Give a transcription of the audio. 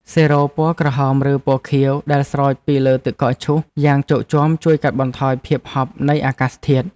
សេរ៉ូពណ៌ក្រហមឬពណ៌ខៀវដែលស្រោចពីលើទឹកកកឈូសយ៉ាងជោកជាំជួយកាត់បន្ថយភាពហប់នៃអាកាសធាតុ។